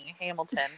hamilton